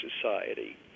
society